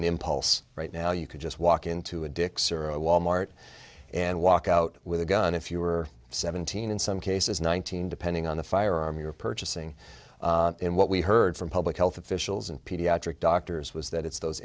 impulse right now you could just walk into a dick's or a wal mart and walk out with a gun if you were seventeen in some cases nineteen depending on the firearm you're purchasing and what we heard from public health officials and pediatric doctors was that it's those